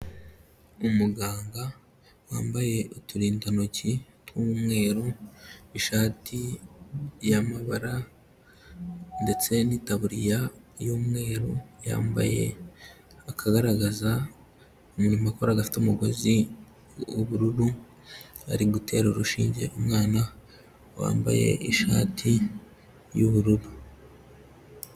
Umuganga wambaye uturindantoki tw'umweru ishati y'amabara ndetse n'itaburiya y'umweru, yambaye akagaragaza umuntu wakoraga afite umugozi w'ubururu, ari gutera urushinge umwana wambaye ishati y'ubururu.